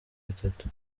bitatu